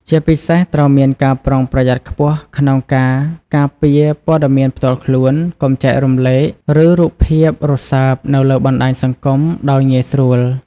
ជាពិសេសត្រូវមានការប្រុងប្រយ័ត្នខ្ពស់ក្នុងការ ការពារព័ត៌មានផ្ទាល់ខ្លួន កុំចែករំលែក ឬរូបភាពរសើបនៅលើបណ្តាញសង្គមដោយងាយស្រួល។